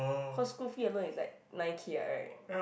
cause school fee alone it's like nine K what right